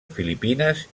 filipines